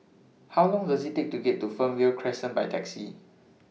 How Long Does IT Take to get to Fernvale Crescent By Taxi